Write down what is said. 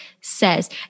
says